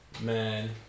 Man